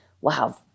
Wow